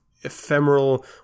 ephemeral